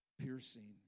piercing